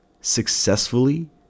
successfully